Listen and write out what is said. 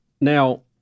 Now